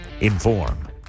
inform